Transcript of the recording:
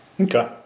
Okay